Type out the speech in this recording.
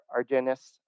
Argenis